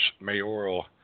mayoral